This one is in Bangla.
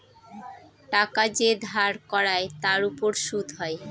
টাকা যে ধার করায় তার উপর সুদ হয়